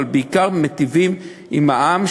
אבל בעיקר מיטיבים עם העם,